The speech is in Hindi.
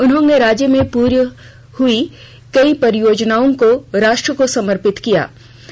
उन्होंने राज्य में पूर्ण हई कई परियोजनाओं को राष्ट्र को समर्पित समर्पित किया